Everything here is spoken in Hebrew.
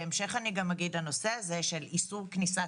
בהמשך אני גם אגיד הנושא של איסור כניסת